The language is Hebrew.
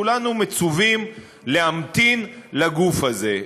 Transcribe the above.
כולנו מצווים להמתין לגוף הזה.